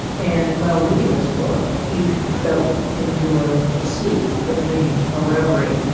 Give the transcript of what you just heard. and while reading this book he fell into ah a sleep, a dream, a reverie.